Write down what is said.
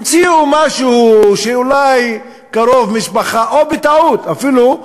המציאו משהו, שאולי קרוב משפחה, או בטעות, אפילו,